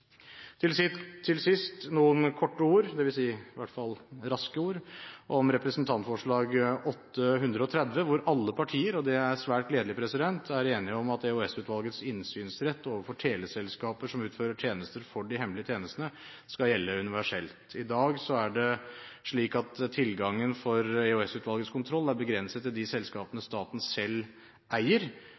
fall si raske – ord om representantforslaget, Dokument 8:130 L for 2012–2013, hvor alle partier – og det er svært gledelig – er enige om at EOS-utvalgets innsynsrett overfor teleselskaper som utfører tjenester for de hemmelige tjenestene, skal gjelde universelt. I dag er det slik at tilgangen for EOS-utvalgets kontroll er begrenset til de selskapene som staten